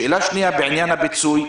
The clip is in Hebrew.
שאלה שנייה, בעניין הפיצוי.